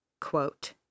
quote